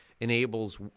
enables